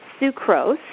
sucrose